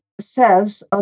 says